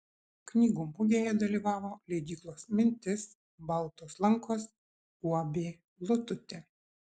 knygų mugėje dalyvavo leidyklos mintis baltos lankos uab lututė